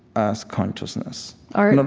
as consciousness ah you know